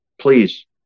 Please